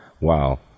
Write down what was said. wow